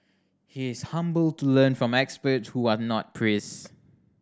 he is humble to learn from experts who are not priest